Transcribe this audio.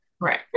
Right